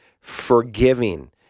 forgiving